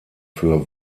für